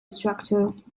structures